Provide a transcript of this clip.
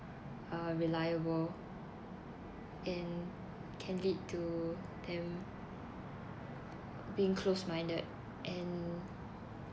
uh reliable and can lead to them being close minded and